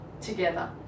together